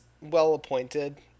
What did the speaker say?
well-appointed